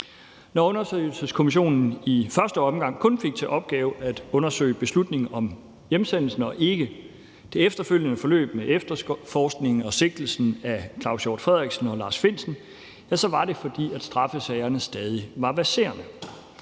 Når undersøgelseskommissionen i første omgang kun fik til opgave at undersøge beslutningen om hjemsendelsen og ikke det efterfølgende forløb med efterforskningen og sigtelsen af Claus Hjort Frederiksen og Lars Findsen, så var det, fordi straffesagerne stadig var verserende,